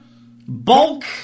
Bulk